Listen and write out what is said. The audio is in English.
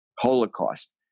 Holocaust